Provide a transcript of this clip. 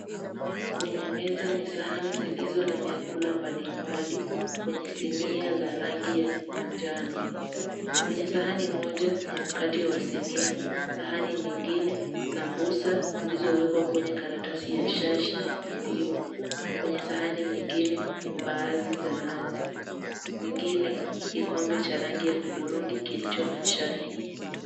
Kwenye meza ni sahani zilizo na vyakula mbalimbali kwenye sinia la rangi ya manjano. Kwenye sahani moja ni mkate wa sinia, sahani nyingine sambusa zilizowekwa kwenye karatasi ya shashi na ndimu. Kwenye sahani nyingine ni mbaazi za nazi. Kwingine ni kikombe cha rangi ya hudhurungi kilicho na chai.